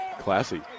Classy